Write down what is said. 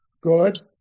Good